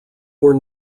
were